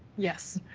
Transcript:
yes.